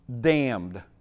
damned